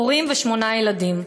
הורים ושמונה ילדים,